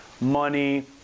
money